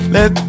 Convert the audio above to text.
Let